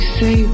say